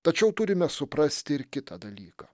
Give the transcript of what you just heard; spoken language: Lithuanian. tačiau turime suprasti ir kitą dalyką